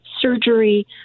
surgery